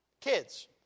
Kids